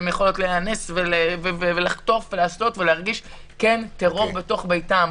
הן יכולות להיאנס ולחטוף ולהרגיש טרור בביתן.